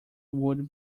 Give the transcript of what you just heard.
would